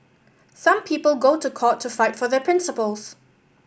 some people go to court to fight for their principles